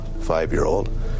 five-year-old